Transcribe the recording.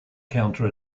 counter